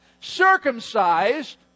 Circumcised